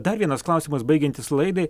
dar vienas klausimas baigiantis laidai